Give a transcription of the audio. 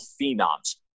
phenoms